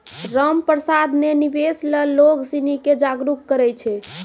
रामप्रसाद ने निवेश ल लोग सिनी के जागरूक करय छै